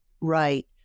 right